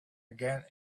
again